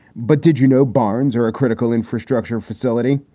but did you know barns are a critical infrastructure facility?